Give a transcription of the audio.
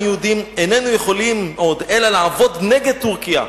אנו היהודים איננו יכולים עוד אלא לעבוד נגד טורקיה".